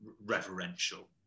reverential